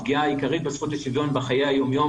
הפגיעה העיקרית בזכות לשוויון בחיי היום-יום